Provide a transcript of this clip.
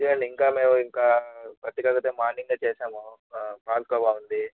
చూడండి ఇంకా మేము ఇంకా పర్టిక్యులర్గా అయితే మార్నింగ్ చేసాము పాలకోవా ఉంది